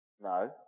No